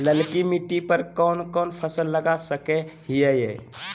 ललकी मिट्टी पर कोन कोन फसल लगा सकय हियय?